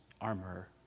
armor